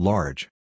Large